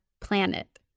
planet